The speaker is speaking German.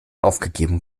aufgegeben